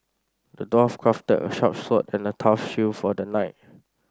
the dwarf crafted a sharp sword and a tough shield for the knight